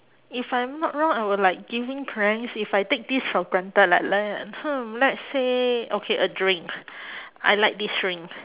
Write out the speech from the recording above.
if I'm not wrong I would like give in pranks if I take this for granted like like hmm let's say okay a drink I like this drink